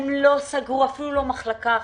הם לא סגרו אפילו לא מחלקה אחת.